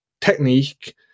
technique